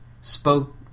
spoke